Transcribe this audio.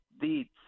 deeds